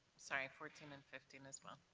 sorry. fourteen and fifteen as well.